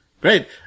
Great